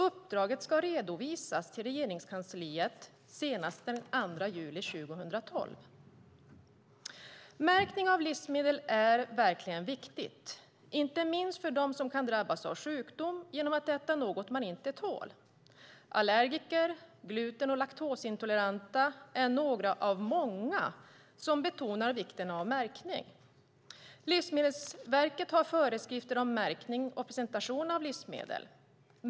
Uppdraget ska redovisas till Regeringskansliet senast den 2 juli 2012. Märkning av livsmedel är verkligen viktigt, inte minst för dem som kan drabbas av sjukdom genom att äta något de inte tål. Allergiker och gluten och laktosintoleranta är några av många som betonar vikten av märkning. Livsmedelsverket har föreskrifter om märkning och presentation av livsmedel.